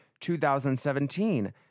2017